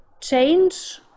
change